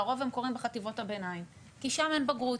לרוב הם קורים בחטיבות הביניים כי שם אין בגרות,